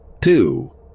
two